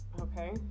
Okay